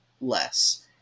less